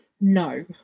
no